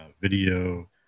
video